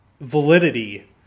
Validity